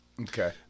Okay